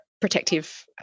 protective